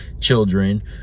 children